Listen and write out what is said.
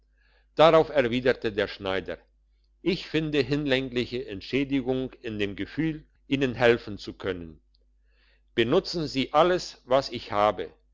darauf erwiderte der schneider ich finde hinlängliche entschädigung in dem gefühl ihnen helfen zu können benutzen sie alles was ich habe